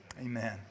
Amen